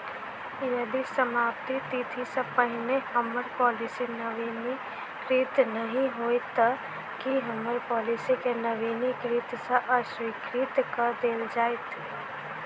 यदि समाप्ति तिथि सँ पहिने हम्मर पॉलिसी नवीनीकृत नहि होइत तऽ की हम्मर पॉलिसी केँ नवीनीकृत सँ अस्वीकृत कऽ देल जाइत?